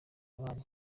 imana